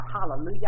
hallelujah